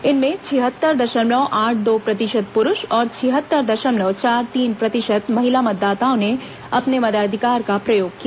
इनमें छिहत्तर दशमलव आठ दो प्रतिशत पुरूष और छिहत्तर दशमलव चार तीन प्रतिशत महिला मतदाताओं ने अपने मताधिकार का प्रयोग किया